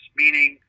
meaning